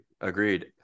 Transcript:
agreed